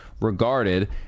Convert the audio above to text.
regarded